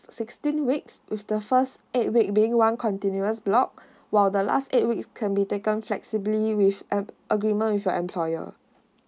sixteen weeks with the first eight week being one continuous block while the last eight weeks can be taken flexibly with a~ agreement with your employer